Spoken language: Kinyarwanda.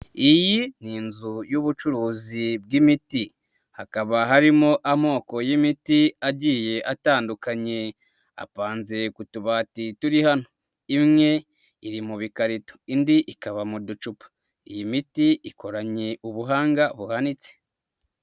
Iyi ni inzu y'ubucuruzi bw'imiti hakaba harimo amoko y'imiti agiye atandukanye apanze ku tubati turi hano. Imwe iri mu bikarito indi ikaba mu ducupa. Iyi miti ikoranye ubuhanga buhanitse.